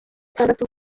zitandatu